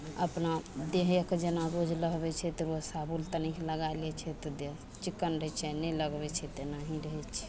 अपना देहेके जेना रोज लहबय छै तऽ साबुन तनी लगाय लै छै तऽ देह चिक्कन रहय छै नहि लगबय छै तऽ एनाही रहय छै